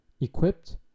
equipped